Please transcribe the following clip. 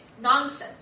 nonsense